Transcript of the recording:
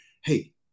hey